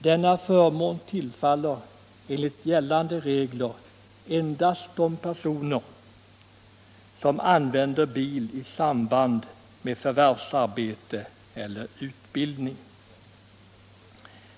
Denna förmån tillfaller enligt gällande regler endast de personer som använder bil i samband med förvärvsarbete eller utbildning.